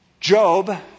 Job